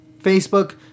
Facebook